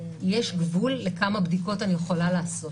יש גבול כמה בדיקות אני יכולה לעשות.